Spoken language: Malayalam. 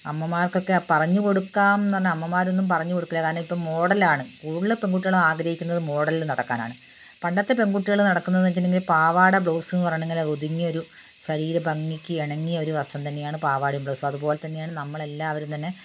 അമ്മമാർക്കൊക്കെ പറഞ്ഞുകൊടുക്കാം എന്ന് അമ്മമാരൊന്നും പറഞ്ഞുകൊടുക്കില്ല കാരണം ഇപ്പോൾ മോഡൽ ആണ് കൂടുതൽ പെൺകുട്ടികളും ആഗ്രഹിക്കുന്നത് മോഡലിൽ നടക്കാനാണ് പണ്ടത്തെ പെൺകുട്ടികൾ നടക്കുന്നതെന്ന് വെച്ചിട്ടുണ്ടെങ്കിൽ പാവാട ബ്ലൗസ് പറഞ്ഞുള്ള ഒതുങ്ങിയ ഒരു ശരീര ഭംഗിക്ക് ഇണങ്ങിയ ഒരു വസ്ത്രം തന്നെയാണ് പാവാടയും ബ്ലൗസും അതുപോലെതന്നെയാണ് നമ്മളെല്ലാവരും തന്നെ